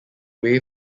way